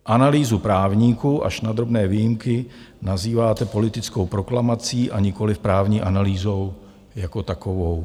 Analýzu právníků až na drobné výjimky nazýváte politickou proklamací a nikoliv právní analýzou jako takovou.